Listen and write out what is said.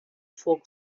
fog